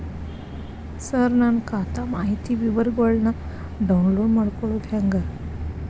ಸರ ನನ್ನ ಖಾತಾ ಮಾಹಿತಿ ವಿವರಗೊಳ್ನ, ಡೌನ್ಲೋಡ್ ಮಾಡ್ಕೊಳೋದು ಹೆಂಗ?